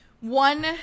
one